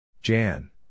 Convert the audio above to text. Jan